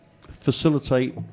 facilitate